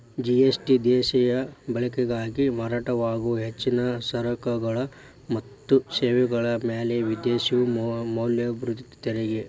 GST ದೇಶೇಯ ಬಳಕೆಗಾಗಿ ಮಾರಾಟವಾಗೊ ಹೆಚ್ಚಿನ ಸರಕುಗಳ ಮತ್ತ ಸೇವೆಗಳ ಮ್ಯಾಲೆ ವಿಧಿಸೊ ಮೌಲ್ಯವರ್ಧಿತ ತೆರಿಗಿ